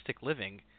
living